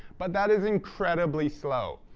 but that is incredibly slow.